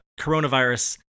coronavirus